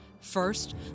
First